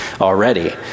already